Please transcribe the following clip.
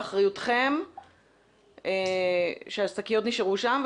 באחריותכם שהשקיות נשארו שם,